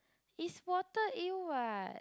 it's water eel what